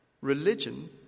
Religion